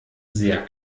sehr